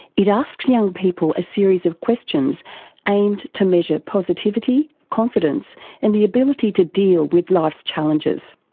it asks young people a series of questions aimed to measure positivity, confidence and the ability to deal with life's challenges.